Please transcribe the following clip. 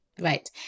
Right